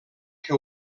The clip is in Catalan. que